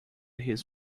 his